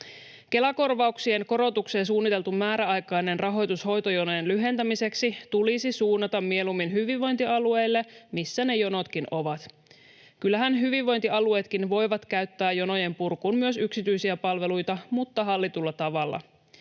Kela-korvauksien korotukseen suunniteltu määräaikainen rahoitus hoitojonojen lyhentämiseksi tulisi suunnata mieluummin hyvinvointialueille, missä ne jonotkin ovat. Kyllähän hyvinvointialueetkin voivat käyttää jonojen purkuun myös yksityisiä palveluita, mutta hallitulla tavalla.